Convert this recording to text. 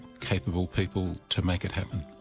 capable people to make it happen.